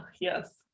Yes